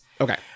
Okay